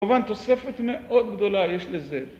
כמובן תוספת מאוד גדולה יש לזה